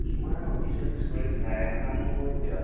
কিমান office office কৰি থাকা এটা কাম নকৰোঁ কিয়